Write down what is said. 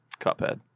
Cuphead